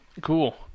Cool